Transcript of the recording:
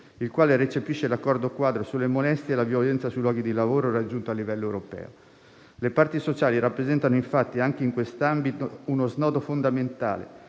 il quale recepisce l'accordo quadro sulle molestie e la violenza sui luoghi di lavoro raggiunto a livello europeo. Le parti sociali rappresentano infatti anche in quest'ambito uno snodo fondamentale